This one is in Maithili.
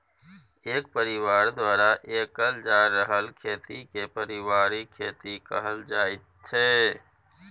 एक परिबार द्वारा कएल जा रहल खेती केँ परिबारिक खेती कहल जाइत छै